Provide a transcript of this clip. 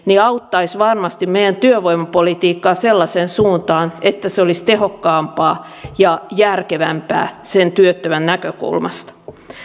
auttaisi varmasti meidän työvoimapolitiikkaa sellaiseen suuntaan että se olisi tehokkaampaa ja järkevämpää sen työttömän näkökulmasta